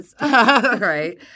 right